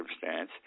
circumstance